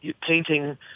painting